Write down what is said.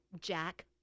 Jack